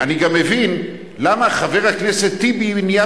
אני גם מבין למה חבר הכנסת טיבי נהיה